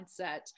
mindset